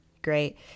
great